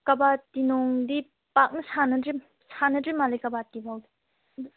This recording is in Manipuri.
ꯀꯕꯥꯗꯤ ꯅꯨꯡꯗꯤ ꯄꯥꯛꯅ ꯁꯥꯟꯅꯗ꯭ꯔꯤ ꯁꯥꯟꯅꯗ꯭ꯔꯤ ꯃꯥꯜꯂꯦ ꯀꯕꯥꯗꯤ ꯐꯥꯎꯗꯤ